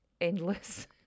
endless